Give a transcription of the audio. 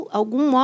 algum